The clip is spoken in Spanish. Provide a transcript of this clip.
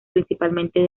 principalmente